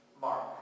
Mark